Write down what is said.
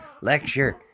lecture